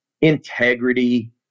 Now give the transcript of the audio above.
integrity